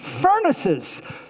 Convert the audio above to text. furnaces